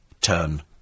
Turn